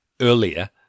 earlier